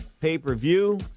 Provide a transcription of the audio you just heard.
pay-per-view